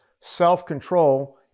self-control